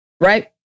right